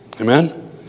Amen